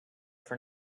for